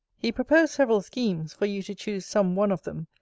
he proposed several schemes, for you to choose some one of them,